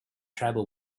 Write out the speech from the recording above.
tribal